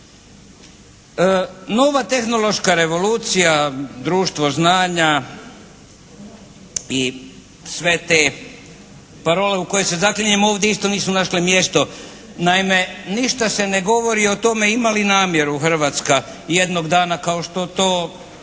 Nova tehnološka revolucija, društvo znanja i sve te parole u koje se zaklinjemo, ovdje isto nisu našle mjesto. Naime ništa se ne govori o tome ima li namjeru Hrvatska jednog dana kao što to